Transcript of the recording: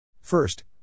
First